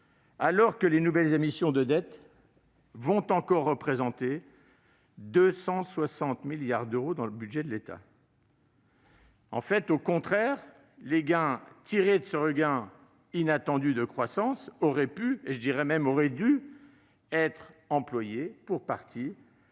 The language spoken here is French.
alors que les nouvelles émissions de dette vont encore représenter 260 milliards d'euros dans le budget de l'État ... Au contraire, les recettes tirées de ce regain inattendu de croissance auraient pu et auraient dû être employées à réduire